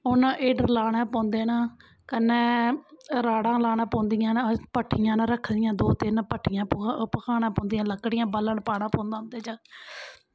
हून हीटर लाने पौंदे न हून कन्नै राड़ां लाना पौंदियां न भट्ठियां न रक्खी दियां दो तिन्न भट्ठियां ओह् भखानां पौंदियां न लक्कड़ियां बालन पाना पौंदा उं'दे च